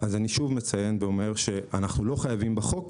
אני שוב מציין שאנחנו לא חייבים בחוק,